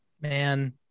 Man